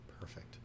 Perfect